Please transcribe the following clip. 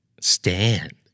Stand